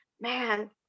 man